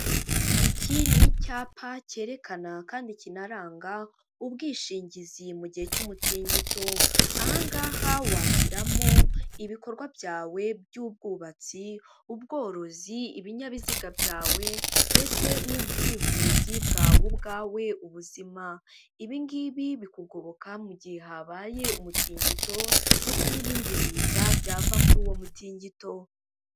Iki ni icyapa cyerekana kandi kinaranga ubwishingizi mu gihe cy'umutingito, aha ngaha washyiramo ibikorwa byawe by'ubwubatsi, ubworozi, ibinyabiziga byawe ndetse n'ubwivuzi bwaba ubwawe ubuzima, ibi ngibi bikugoboka mu gihe habaye umutingito ndetse n'ibindi biza byava kuri uwo mutingito.